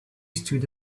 stood